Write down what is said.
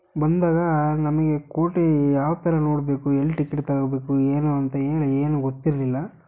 ಬಂದಾಗ ನಮಗೆ ಕೋಟೆ ಯಾವ ಥರ ನೋಡಬೇಕು ಎಲ್ಲಿ ಟಿಕಿಟ್ ತಗೋಬೇಕು ಏನು ಅಂತ ಹೇಳಿ ಏನೂ ಗೊತ್ತಿರಲಿಲ್ಲ